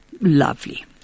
lovely